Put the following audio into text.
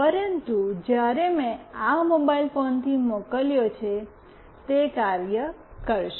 પરંતુ જ્યારે મેં આ મોબાઇલ ફોનથી મોકલ્યો છે તે કાર્ય કરશે